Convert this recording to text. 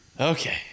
Okay